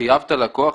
חייבת לקוח?